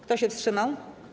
Kto się wstrzymał?